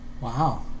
Wow